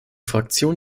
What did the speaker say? fraktion